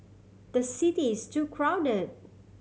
the city is too crowded